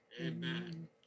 amen